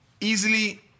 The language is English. easily